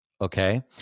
Okay